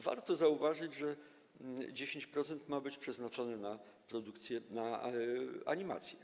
Warto zauważyć, że 10% ma być przeznaczone na produkcję animacji.